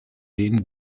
denen